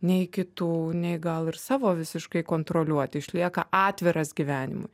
nei kitų nei gal ir savo visiškai kontroliuoti išlieka atviras gyvenimui